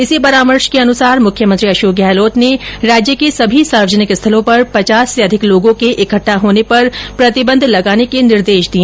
इसी परामर्श के अनुसार मुख्यमंत्री अशोक गहलोत ने राज्य के सभी सार्वजनिक स्थलों पर पचास से अधिक लोगों के इकट्ठा होने पर प्रतिबंध लगाने के निर्देश दिए